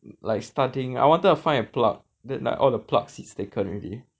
like starting I wanted to find a plug then like all the plug seats taken already